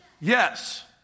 Yes